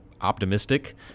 optimistic